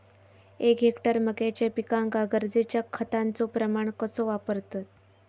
एक हेक्टर मक्याच्या पिकांका गरजेच्या खतांचो प्रमाण कसो वापरतत?